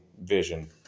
vision